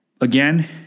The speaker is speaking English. Again